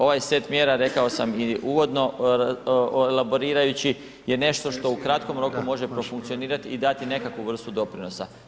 Ovaj set mjera rekao sam i uvodno elaborirajući je nešto što u kratkom roku može profunkcionirati i dati nekakvu vrstu doprinosa.